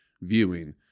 viewing